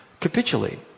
capitulate